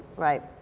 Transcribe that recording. right.